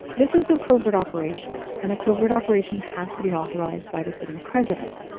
this is a covert operation, and a covert operation has to be authorized by the sitting president,